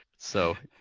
so,